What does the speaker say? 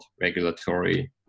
regulatory